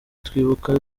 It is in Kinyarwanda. twibuka